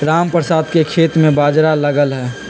रामप्रसाद के खेत में बाजरा लगल हई